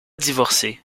divorcé